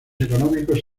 económicos